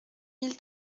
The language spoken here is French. mille